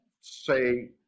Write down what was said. say